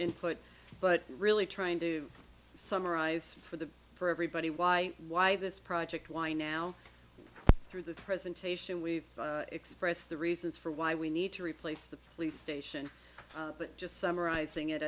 input but really trying to summarize for the for everybody why why this project why now through the presentation we've expressed the reasons for why we need to replace the police station but just summarizing it